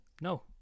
no